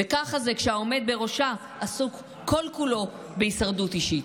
וככה זה כשהעומד בראשה עסוק כל-כולו בהישרדות אישית.